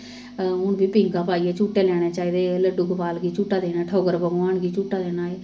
हून बी पींह्गां पाइयै झूटे लैने चाहिदे लड्डू गोपाल गी झूटा देना ठौगर भगवान गी झूटा देना